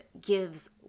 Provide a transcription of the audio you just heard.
gives